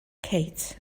kate